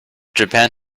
japan